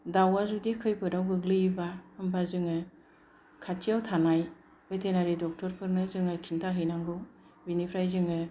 दाउआ जुदि खैफोदाव गोग्लैयोबा होनबा जोङो खाथियाव थानाय भेटेनारि डक्ट'र फोरनो जोङो खिन्थाहैनांगौ बेनिफ्राय जोङो